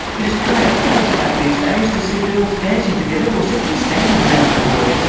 it is quite a common sight these days to see girls dancing together or simply standing around the floor.